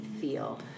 feel